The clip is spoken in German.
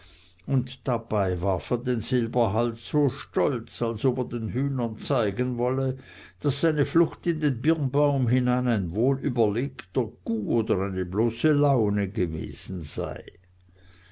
und dabei warf er den silberhals so stolz als ob er den hühnern zeigen wolle daß seine flucht in den birnbaum hinein ein wohlüberlegter coup oder eine bloße laune gewesen sei